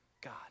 god